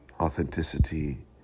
authenticity